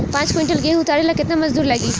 पांच किविंटल गेहूं उतारे ला केतना मजदूर लागी?